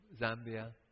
Zambia